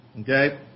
Okay